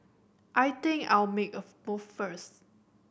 I think I'll make a move first